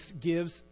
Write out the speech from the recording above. gives